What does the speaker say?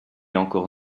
encore